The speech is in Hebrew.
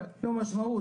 אבל אין לו משמעות.